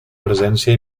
presència